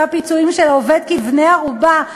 הפיצויים של העובד ואת העובדים כבני-ערובה,